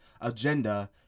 agenda